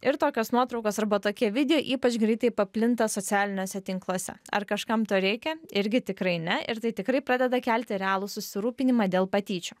ir tokios nuotraukos arba tokie video ypač greitai paplinta socialiniuose tinkluose ar kažkam to reikia irgi tikrai ne ir tai tikrai pradeda kelti realų susirūpinimą dėl patyčių